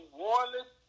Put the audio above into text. warless